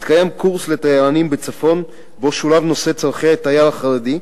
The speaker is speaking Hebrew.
התקיים קורס לתיירנים בצפון שבו שולב נושא צורכי התייר החרדי,